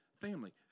family